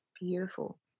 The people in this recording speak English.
Beautiful